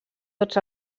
tots